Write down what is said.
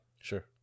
Sure